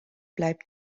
bleibt